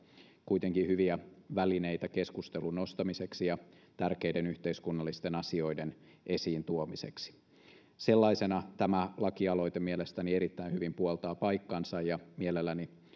kuitenkin hyviä välineitä keskustelun nostamiseksi ja tärkeiden yhteiskunnallisten asioiden esiin tuomiseksi sellaisena tämä lakialoite mielestäni erittäin hyvin puoltaa paikkansa ja mielelläni